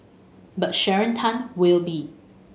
but Sharon Tan will be